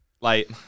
like-